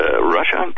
Russia